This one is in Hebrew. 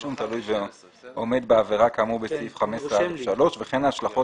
אישום תלוי ועומד בעבירה כאמור בסעיף 15(א)(3) וכן ההשלכות